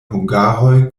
hungaroj